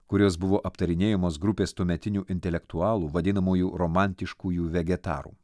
kuris buvo aptarinėjamos grupės tuometinių intelektualų vadinamųjų romantiškųjų vegetarų